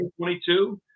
2022